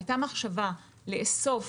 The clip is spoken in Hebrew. הייתה מחשבה לאסוף